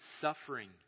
suffering